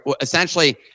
essentially